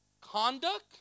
conduct